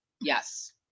Yes